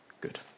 Good